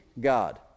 God